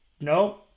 No